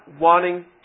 wanting